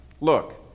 look